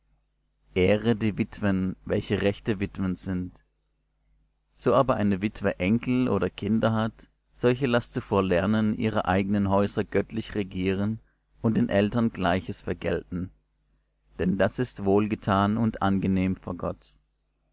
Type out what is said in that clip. ehre die witwen welche rechte witwen sind so aber eine witwe enkel oder kinder hat solche laß zuvor lernen ihre eigenen häuser göttlich regieren und den eltern gleiches vergelten denn das ist wohl getan und angenehm vor gott